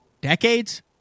decades